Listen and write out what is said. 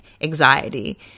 anxiety